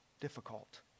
difficult